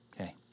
Okay